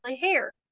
hair